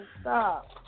stop